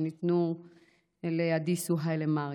שניתנו למנגיסטו היילה מריאם,